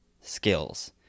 skills